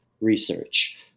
research